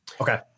okay